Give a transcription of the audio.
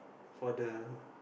for the